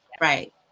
right